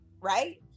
Right